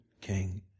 king